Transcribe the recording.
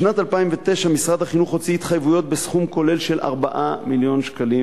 בשנת 2009 משרד החינוך הוציא התחייבויות בסכום כולל של 4.2 מיליון שקלים